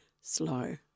slow